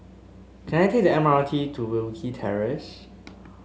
can I take the M R T to Wilkie Terrace